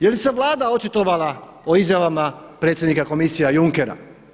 Je li se Vlada očitovala o izjavama predsjednika komisije Junckera?